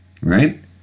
Right